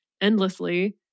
endlessly